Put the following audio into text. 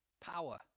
Power